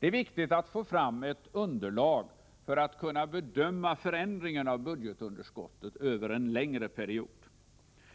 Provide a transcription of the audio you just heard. Det är viktigt att få fram ett underlag för att kunna bedöma förändringen av budgetunderskottet över en längre period.